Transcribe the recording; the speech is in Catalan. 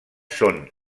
són